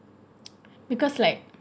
because like